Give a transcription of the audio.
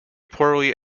poorly